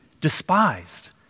despised